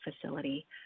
facility